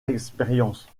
expérience